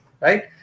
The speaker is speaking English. right